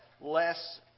less